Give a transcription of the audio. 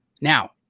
Now